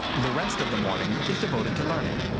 the rest of the morning is devoted to learning.